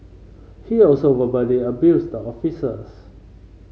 he also verbally abused the officers